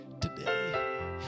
today